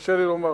תרשה לי לומר,